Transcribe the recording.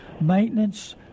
maintenance